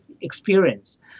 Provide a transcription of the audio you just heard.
experience